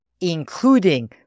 including